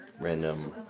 random